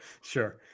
sure